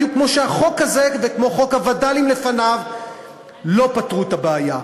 בדיוק כמו שהחוק הזה וחוק הווד"לים לפניו לא פתרו את הבעיה.